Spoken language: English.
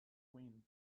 when